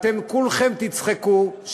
אתם כולכם תצחקו,